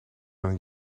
een